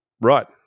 right